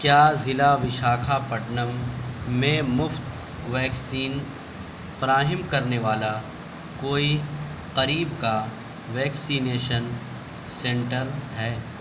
کیا ضلع وشاکھاپٹنم میں مفت ویکسین فراہم کرنے والا کوئی قریب کا ویکسینیشن سینٹر ہے